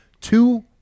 two